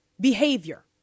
behavior